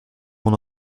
mon